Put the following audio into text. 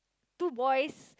two boys